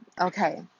Okay